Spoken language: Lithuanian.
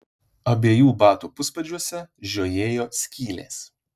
abiejų batų puspadžiuose žiojėjo skylės